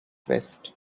vest